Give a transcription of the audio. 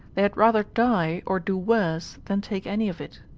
they had rather die, or do worse, than take any of it.